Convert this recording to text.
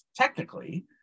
technically